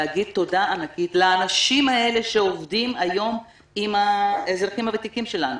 להגיד תודה ענקית לאנשים האלה שעובדים היום עם האזרחים הוותיקים שלנו,